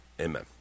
amen